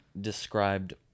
described